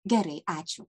gerai ačiū